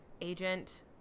agent